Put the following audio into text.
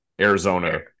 Arizona